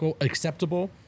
acceptable